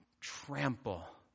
trample